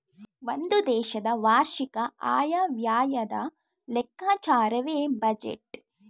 ಒಂದು ದೇಶದ ವಾರ್ಷಿಕ ಆಯವ್ಯಯದ ಲೆಕ್ಕಾಚಾರವೇ ಬಜೆಟ್